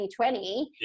2020